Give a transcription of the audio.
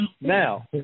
now